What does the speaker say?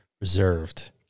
reserved